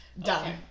done